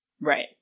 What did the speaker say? Right